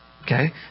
Okay